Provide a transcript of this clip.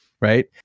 right